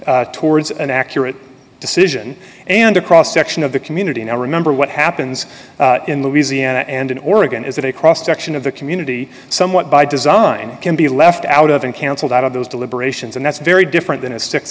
towards an accurate decision and a cross section of the community and i remember what happens in louisiana and in oregon is that a cross section of the community somewhat by design can be left out of an cancelled out of those deliberations and that's very different than a six